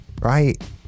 right